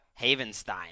Havenstein